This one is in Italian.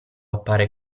appare